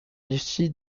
l’issue